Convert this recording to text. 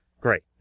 Great